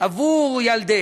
שיקבלו עבור ילדיהם